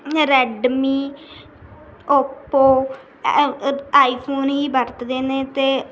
Redmi Oppo ਅਅਅ iPhone ਹੀ ਵਰਤਦੇ ਨੇ ਅਤੇ